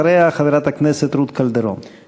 אחריה, חברת הכנסת רות קלדרון.